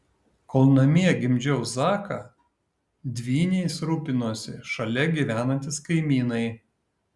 kol namie gimdžiau zaką dvyniais rūpinosi šalia gyvenantys kaimynai